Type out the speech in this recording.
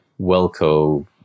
Welco